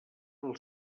del